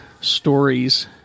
stories